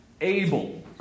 able